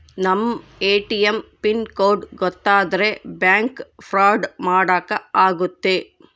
ನಮ್ ATM pin code ಗೊತ್ತಾದ್ರೆ bank fraud ಮಾಡಾಕ ಆಗುತ್ತೆ